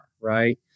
right